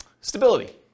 Stability